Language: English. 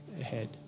ahead